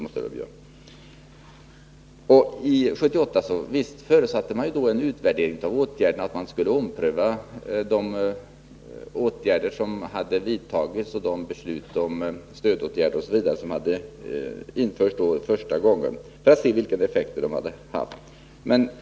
I beslutet från 1978 förutsatte man en utvärdering av besparingsåtgärderna — att man skulle ompröva dessa och de beslutade stödåtgärderna osv. för att se vilka effekter de hade fått.